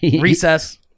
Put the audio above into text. recess